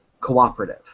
cooperative